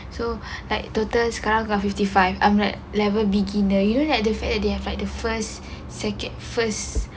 so like total sekarang kat fifty five I'm like level beginner you know like the fact that they have like the first second first